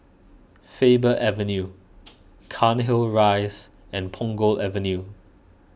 Faber Avenue Cairnhill Rise and Punggol Avenue